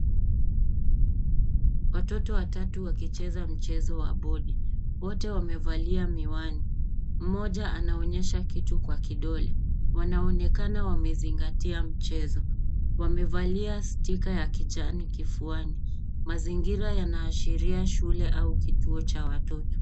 Watoto watatu wakicheza mchezo wa bodi. Wote wamevalia miwani. Mmoja anaonyesha kitu kwa kidole. Wanaonekana wamezingatia mchezo. Wamevalia stika ya kijani kifuani. Mazingira yanaashiria shule au kituo cha watoto.